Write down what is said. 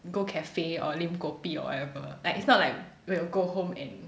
go cafe or lim kopi or whatever like it's not like we will go home and